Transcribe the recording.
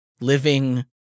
living